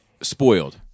spoiled